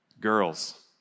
Girls